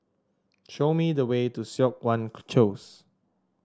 show me the way to Siok Wan